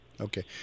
Okay